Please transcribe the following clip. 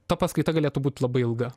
ta paskaita galėtų būti labai ilga